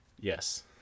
Yes